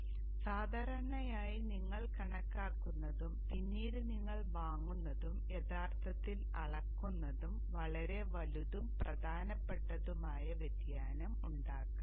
അതിനാൽ സാധാരണയായി നിങ്ങൾ കണക്കാക്കുന്നതും പിന്നീട് നിങ്ങൾ വാങ്ങുന്നതും യഥാർത്ഥത്തിൽ അളക്കുന്നതും വളരെ വലുതും പ്രധാനപ്പെട്ടതുമായ വ്യതിയാനം ഉണ്ടാക്കാം